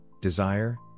desire